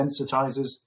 sensitizers